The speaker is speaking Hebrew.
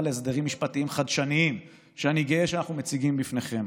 להסדרים משפטיים חדשניים שאני גאה שאנחנו מציגים בפניכם.